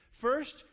First